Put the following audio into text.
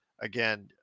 again